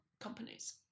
companies